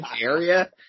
area